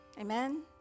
amen